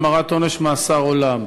המרת עונש מאסר עולם).